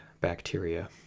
bacteria